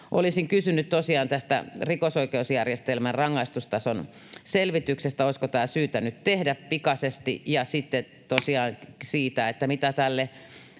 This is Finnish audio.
tosiaan tästä rikosoikeusjärjestelmän rangaistustason selvityksestä, että olisiko tämä syytä nyt tehdä pikaisesti, ja sitten tosiaan siitä, [Puhemies